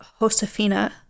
Josefina